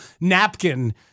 napkin